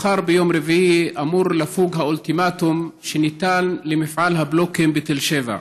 מחר ביום רביעי אמור לפוג האולטימטום שניתן למפעל הבלוקים בתל שבע.